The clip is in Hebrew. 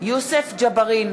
יוסף ג'בארין,